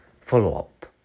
follow-up